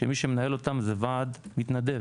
שמי שמנהל אותם זה ועד מתנדב.